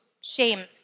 shame